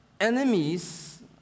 enemies